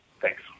Thanks